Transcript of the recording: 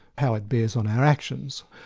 how it bears on our actions.